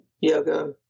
yoga